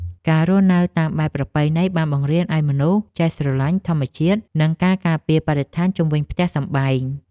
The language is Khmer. ការរស់នៅតាមបែបប្រពៃណី បានបង្រៀនឱ្យមនុស្សចេះស្រឡាញ់ធម្មជាតិ និងការការពារបរិស្ថានជុំវិញផ្ទះសម្បែង។